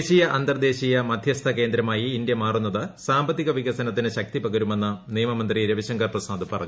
ദേശീയ അന്തർദേശീയ മധൃസ്ഥ കേന്ദ്രമായി ഇന്ത്യ മാറുന്നത് സാമ്പത്തിക വികസനത്തിന് ശക്തിപകരുമെന്ന് നിയമമന്ത്രി രവിശങ്കർ പ്രസാദ് പറഞ്ഞു